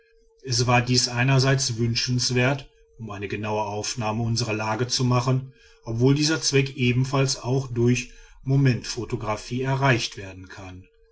es war dies einerseits wünschenswert um eine genaue aufnahme unserer lage zu machen obwohl dieser zweck allenfalls auch durch momentphotographie erreicht werden kann